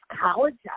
College